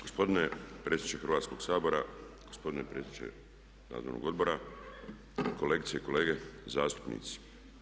Gospodine predsjedniče Hrvatskog sabora, gospodine predsjedniče nadzornog odbora, kolegice i kolege zastupnici.